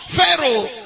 Pharaoh